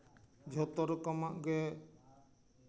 ᱡᱷᱚᱛᱚ ᱨᱚᱠᱚᱢᱟᱜ ᱜᱮ